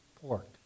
pork